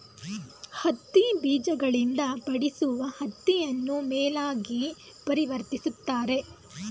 ಹತ್ತಿ ಬೀಜಗಳಿಂದ ಪಡಿಸುವ ಹತ್ತಿಯನ್ನು ಮೇಲಾಗಿ ಪರಿವರ್ತಿಸುತ್ತಾರೆ